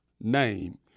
name